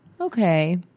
Okay